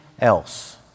else